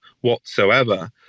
whatsoever